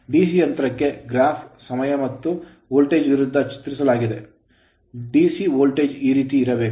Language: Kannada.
DC ಯಂತ್ರಕ್ಕೆ ಗ್ರಾಫ್ ಸಮಯ ಮತ್ತು ವೋಲ್ಟೇಜ್ ವಿರುದ್ಧ ಚಿತ್ರಿಸಲಾಗಿದೆ DC ವೋಲ್ಟೇಜ್ ಈ ರೀತಿ ಇರಬೇಕು